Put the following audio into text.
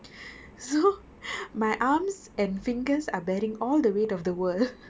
so my arms and fingers are bearing all the weight of the world